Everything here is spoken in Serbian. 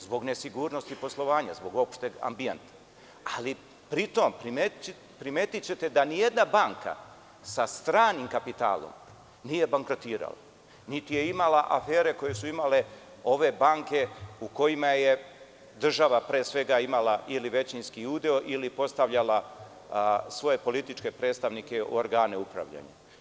Zbog nesigurnosti poslovanja, zbog opšteg ambijenta, ali pri tom primetićete da ni jedna banka sa stranim kapitalom nije bankrotirala, niti je imala afere koje su imale ove banke u kojima je država pre svega imala ili većinski udeo ili postavljala svoje političke predstavnike u organe upravljanja.